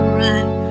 right